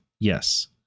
Yes